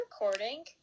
recording